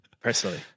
personally